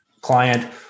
client